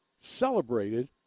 celebrated